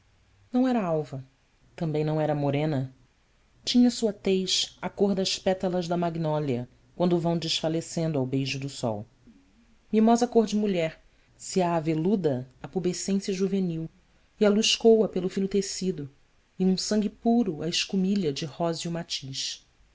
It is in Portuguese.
não era alva também não era morena tinha sua tez a cor das pétalas da magnólia quando vão desfalecendo ao beijo do sol mimosa cor de mulher se a aveluda a pubescência juvenil e a luz coa pelo fino tecido e um sangue puro a escumilha de róseo matiz a dela era